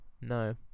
no